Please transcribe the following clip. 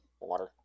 water